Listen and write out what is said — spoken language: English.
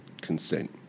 consent